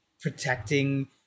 protecting